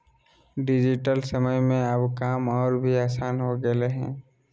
digital समय में अब काम और भी आसान हो गेलय हें